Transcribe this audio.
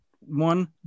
one